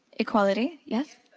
equality. yes?